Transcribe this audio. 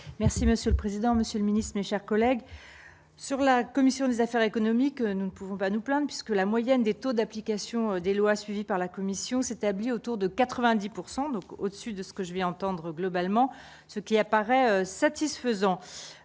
monsieur le président, Monsieur le Ministre, mes chers collègues sur la commission des affaires économiques, nous ne pouvons pas nous plaindre puisque la moyenne des taux d'application des lois, suivi par la Commission s'établit autour de 90 pourcent donc au-dessus de ce que je vais entendre globalement ce qui apparaît satisfaisant,